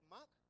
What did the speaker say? Mark